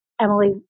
Emily